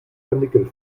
karnickel